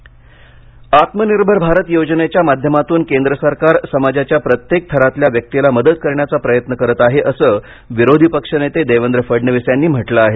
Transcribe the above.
भाजपा आत्मनिर्भर भारत योजनेच्या माध्यमातून केंद्र सरकार समाजाच्या प्रत्येक थरातल्या व्यक्तीला मदत करण्याचा प्रयत्न करत आहे असं विरोधी पक्षनेते देवेंद्र फडणवीस यांनी म्हटलं आहे